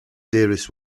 dearest